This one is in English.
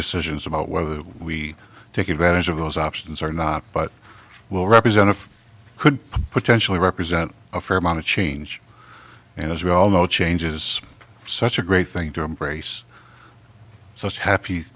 decisions about whether we take advantage of those options or not but will represent if i could potentially represent a fair amount of change and as we all know changes such a great thing to embrace so is happy